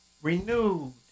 renewed